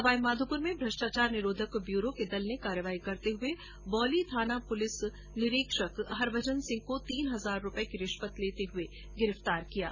सवाईमाधोपुर में भ्रष्टाचार निरोधक ब्यूरो के दल ने कार्यवाही करते हुए बौली थाना पुलिस निरीक्षक हरभजन सिंह को तीन हजार रूपए की रिश्वत लेते हुए गिरफ्तार किया है